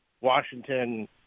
Washington